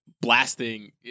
blasting